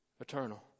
eternal